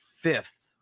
fifth